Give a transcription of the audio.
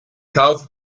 kaufe